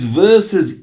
verses